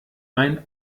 mein